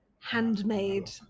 handmade